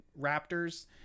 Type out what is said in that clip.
raptors